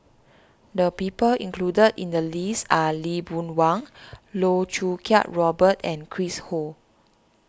the people included in the list are Lee Boon Wang Loh Choo Kiat Robert and Chris Ho